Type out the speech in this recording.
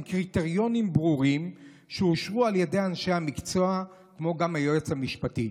עם קריטריונים ברורים שאושרו על ידי אנשי המקצוע והיועץ המשפטי,